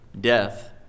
Death